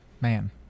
man